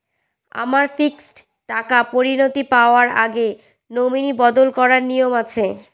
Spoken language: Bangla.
আমার ফিক্সড টাকা পরিনতি পাওয়ার আগে নমিনি বদল করার নিয়ম আছে?